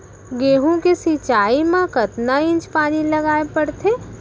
गेहूँ के सिंचाई मा कतना इंच पानी लगाए पड़थे?